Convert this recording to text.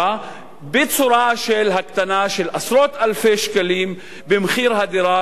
בצורה של הקטנה של עשרות אלפי שקלים במחיר הדירה,